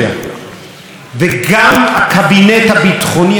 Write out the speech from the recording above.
יודע שהם לא מטפלים בסוגיה הזאת כמו שצריך.